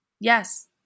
Yes